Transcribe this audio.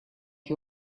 had